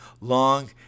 long